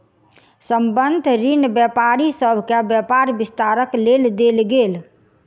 संबंद्ध ऋण व्यापारी सभ के व्यापार विस्तारक लेल देल गेल